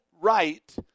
right